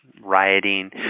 rioting